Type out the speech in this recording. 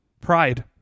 Pride